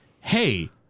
hey